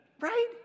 right